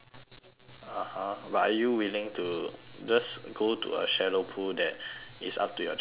(uh huh) but are you willing to just go to a shallow pool that is up to your chest level